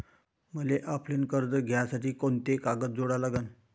मले ऑफलाईन कर्ज घ्यासाठी कोंते कागद जोडा लागन?